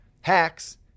Hacks